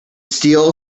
steel